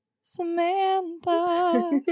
Samantha